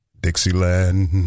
Dixieland